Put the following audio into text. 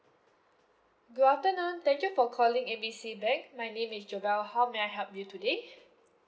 good afternoon thank you for calling A B C bank my name is jovelle how may I help you today